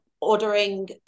ordering